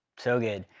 so good.